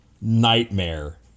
nightmare